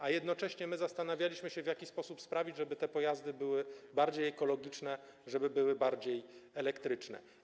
A jednocześnie zastanawialiśmy się, w jaki sposób sprawić, żeby te pojazdy były bardziej ekologiczne, żeby były bardziej elektryczne.